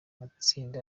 matsinda